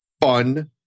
fun